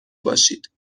باشید